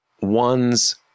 one's